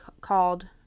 called